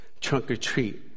trunk-or-treat